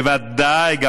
בוודאי.